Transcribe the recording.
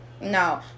No